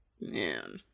man